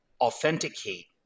authenticate